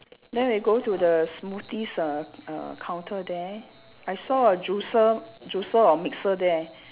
then we go to the smoothies err err counter there I saw a juicer juicer or mixer there